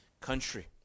country